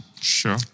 sure